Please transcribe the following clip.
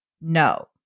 No